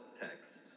text